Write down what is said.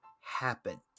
happen